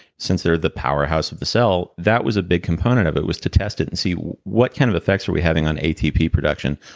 since they're the powerhouse of the cell that was a big component of it, was to test it and see what kind of effects were we having on atp production?